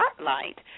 Spotlight